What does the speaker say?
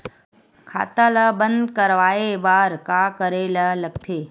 खाता ला बंद करवाय बार का करे ला लगथे?